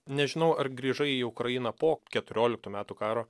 nežinau ar grįžai į ukrainą po keturioliktų metų karo